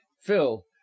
Phil